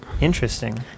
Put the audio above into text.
Interesting